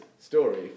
story